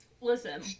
listen